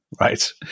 right